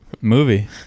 movie